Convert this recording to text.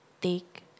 Take